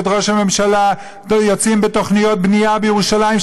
ואת ראש הממשלה יוצאים בתוכניות בנייה בירושלים,